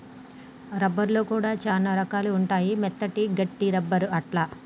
rubber లో కూడా చానా రకాలు ఉంటాయి మెత్తటి, గట్టి రబ్బర్ అట్లా